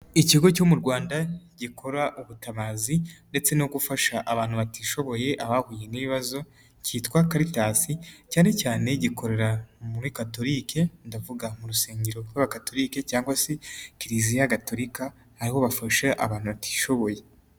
Ikigo cyo mu Rwanda gikora ubutabazi ndetse no gufasha abantu batishoboye abahuye n'ibibazo, kitwa Karitasi cyane cyane gikorera muri Catholique, ndavuga mu rusengero rw'abagatulika cyangwa se Kiliziya gatolika aho bafasha abantu batishoboye.